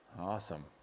awesome